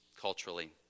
culturally